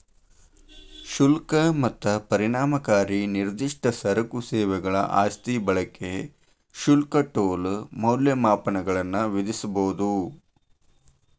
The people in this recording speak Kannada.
ಶುಲ್ಕ ಮತ್ತ ಪರಿಣಾಮಕಾರಿ ನಿರ್ದಿಷ್ಟ ಸರಕು ಸೇವೆಗಳ ಆಸ್ತಿ ಬಳಕೆ ಶುಲ್ಕ ಟೋಲ್ ಮೌಲ್ಯಮಾಪನಗಳನ್ನ ವಿಧಿಸಬೊದ